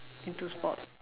into sports